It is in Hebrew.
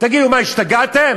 תגידו, מה, השתגעתם?